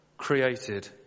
created